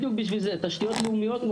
בדיוק בשביל, תשתיות לאומיות.